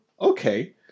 okay